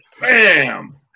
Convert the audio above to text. bam